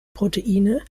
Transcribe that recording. proteine